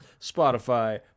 Spotify